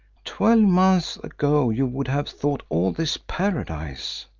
twelve months ago you would have thought all this paradise.